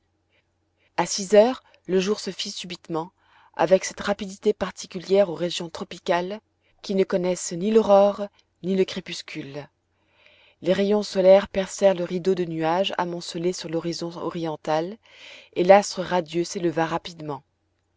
a six heures le jour se fit subitement avec cette rapidité particulière aux régions tropicales qui ne connaissent ni l'aurore ni le crépuscule les rayons solaires percèrent le rideau de nuages amoncelés sur l'horizon oriental et l'astre radieux s'éleva rapidement